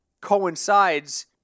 coincides